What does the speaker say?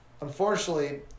unfortunately